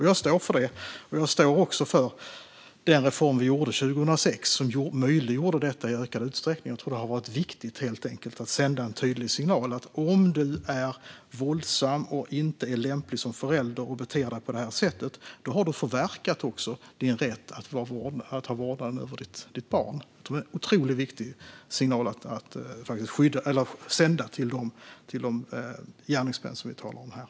Jag står för detta, och jag står också för den reform vi gjorde 2006, som möjliggjorde detta i ökad utsträckning. Jag tror att det har varit viktigt att helt enkelt sända en tydlig signal: Om du är våldsam, inte är lämplig som förälder och beter dig på det här sättet har du förverkat din rätt att ha vårdnaden om ditt barn. Detta tror jag är en otroligt viktig signal att sända till de gärningsmän vi talar om här.